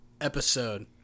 episode